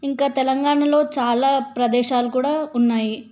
ఇంకా తెలంగాణలో చాలా ప్రదేశాలు కూడా ఉన్నాయి